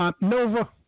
Nova